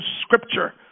scripture